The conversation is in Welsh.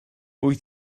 wyt